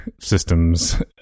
systems